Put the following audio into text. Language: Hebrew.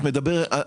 את מדברת,